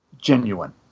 genuine